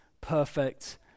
perfect